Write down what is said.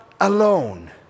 alone